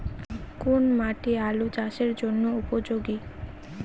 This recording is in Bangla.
কোন মাটি আলু চাষের জন্যে উপযোগী?